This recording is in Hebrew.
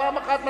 פעם אחת מספיק.